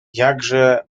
jakże